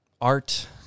art